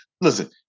listen